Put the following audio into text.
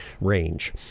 range